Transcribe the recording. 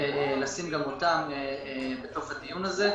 לשים גם אותם בתוך הדיון הזה,